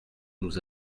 nous